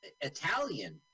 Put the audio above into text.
Italian